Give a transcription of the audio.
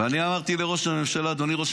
ואני אמרתי לראש הממשלה: